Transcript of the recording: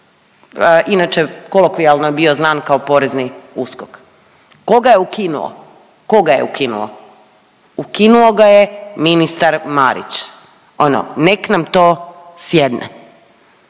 Inače kolokvijalno je bio znan kao porezni USKOK. Tko ga je ukinuo? Tko ga je ukinuo? Ukinuo ga je ministar Marić ono nek nam to sjedne.